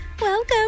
Welcome